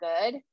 good